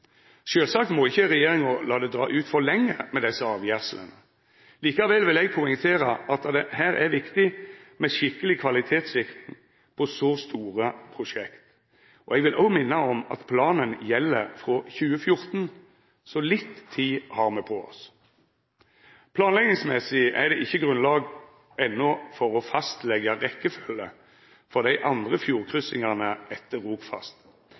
Sjølvsagt må ikkje regjeringa la det dra ut for lenge med desse avgjerslene, likevel vil eg poengtera at det er viktig med skikkeleg kvalitetssikring på så store prosjekt. Eg vil òg minna om at planen gjeld frå 2014, så litt tid har me på oss. Planleggingsmessig er det ikkje grunnlag enno for å fastleggja rekkefølge for dei andre fjordkryssingane etter